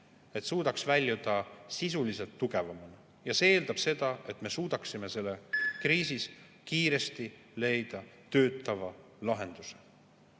eliit suudaks väljuda sisuliselt tugevamana. See eeldab seda, et me suudaksime selles kriisis kiiresti leida töötava lahenduse.